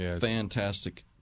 Fantastic